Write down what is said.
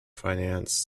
finance